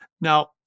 now